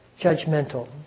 judgmental